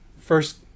first